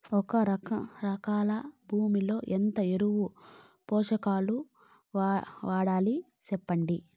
ఒక ఎకరా భూమిలో ఎంత ఎరువులు, పోషకాలు వాడాలి సెప్పండి?